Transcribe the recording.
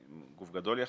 גוף גדול יחסית,